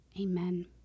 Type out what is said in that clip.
Amen